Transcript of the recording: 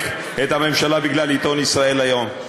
את הממשלה בגלל עיתון "ישראל היום".